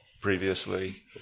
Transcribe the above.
previously